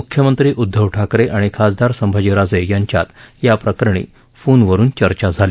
मुख्यमंत्री उद्दव ठाकरे आणि खासदार संभाजी राजे यांच्यात याप्रकरणी फोनवरुन चर्चा झाली